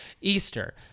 easter